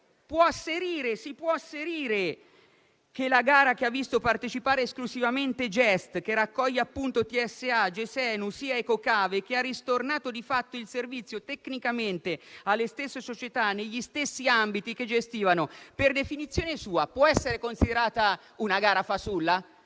si poteva asserire che la gara che ha visto partecipare esclusivamente GEST, che raccoglie appunto TSA, Gesenu, SIA, Ecocave, e che ha ristornato di fatto il servizio tecnicamente alle stesse società negli stessi ambiti territoriali che gestivano, per definizione sua poteva essere considerata una gara fasulla.